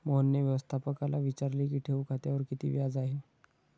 मोहनने व्यवस्थापकाला विचारले की ठेव खात्यावर किती व्याज आहे?